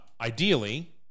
ideally